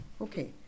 Okay